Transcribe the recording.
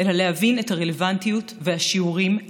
אלא להבין את הרלוונטיות והשיעורים להווה,